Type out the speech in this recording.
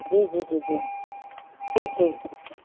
जी जी जी जी ठीकु ठीकु